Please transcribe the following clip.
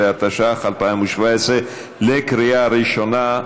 15), התשע"ח,2017, בקריאה ראשונה.